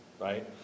right